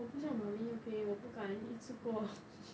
我不想 mummy 又 pay 我不敢一次过